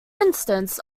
instance